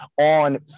on